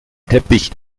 teppich